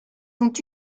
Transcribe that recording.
sont